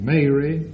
Mary